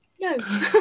No